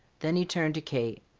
then he turned to kate.